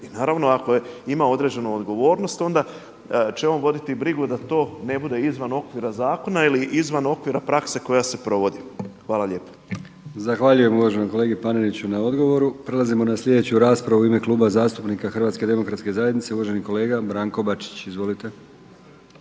I naravno ako ima određenu odgovornost onda će on voditi brigu da to ne bude izvan okvira zakona ili izvan okvira prakse koja se provodi. Hvala lijepa. **Brkić, Milijan (HDZ)** Zahvaljujem uvaženom kolegi Paneniću na odgovoru. Prelazimo na sljedeću raspravu. U ime Kluba zastupnika HDZ-a uvaženi kolega Branko Bačić. Izvolite.